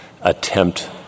attempt